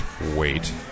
wait